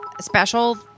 special